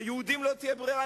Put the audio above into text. ליהודים לא תהיה ברירה,